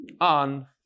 on